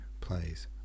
plays